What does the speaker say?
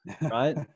right